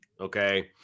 Okay